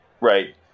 Right